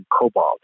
cobalt